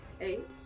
Eight